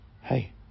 hey